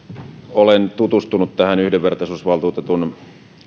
olen tutustunut tähän yhdenvertaisuusvaltuutetun